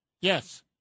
Yes